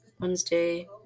Wednesday